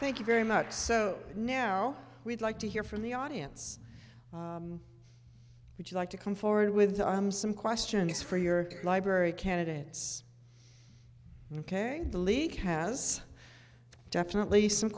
thank you very much so now we'd like to hear from the audience would you like to come forward with the i'm some questions for your library candidates ok the league has definitely some